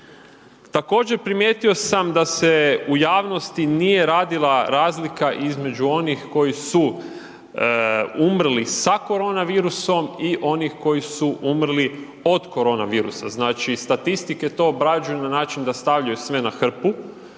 Također primijetio sam da se u javnosti nije radila razlika između onih koji su umrli sa korona virusom i oni koji su umrli od korona virusa, znači statistike to obrađuju na način da stavljaju sve na hrpu.